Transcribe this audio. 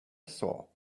saw